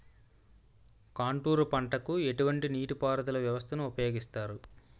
Contour పంటకు ఎటువంటి నీటిపారుదల వ్యవస్థను ఉపయోగిస్తారు?